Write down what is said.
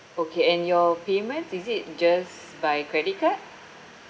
okay and your payments is it just by credit card